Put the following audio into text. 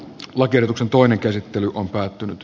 lakiehdotuksen toinen käsittely on päättynyt